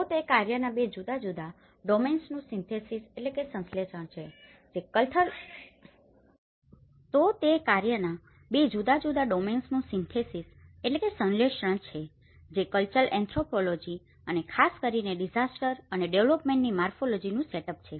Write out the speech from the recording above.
તો તે કાર્યના બે જુદા જુદા ડોમેન્સનું સિન્થેસિસsynthesisસંશ્લેષણ છે જે કલ્ચરલ એન્થ્રોપોલોજી અને ખાસ કરીને ડીઝાસ્ટર અને ડેવેલપમેન્ટની મોર્ફોલોજી નું સેટપ છે